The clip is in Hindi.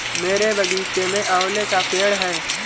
मेरे बगीचे में आंवले का पेड़ है